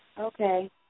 okay